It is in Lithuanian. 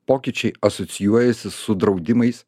pokyčiai asocijuojasi su draudimais